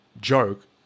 joke